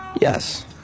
Yes